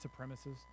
supremacists